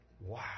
Wow